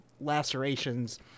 lacerations